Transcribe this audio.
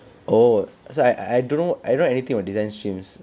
oh so I I don't know I don't know anything about design streams